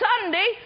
Sunday